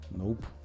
Nope